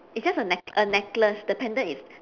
it's just a neck~ a necklace the pendant is